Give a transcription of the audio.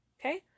Okay